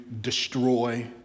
destroy